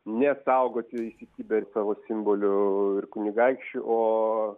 ne saugoti įsikibę ir savo simbolių ir kunigaikščių o